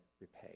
repay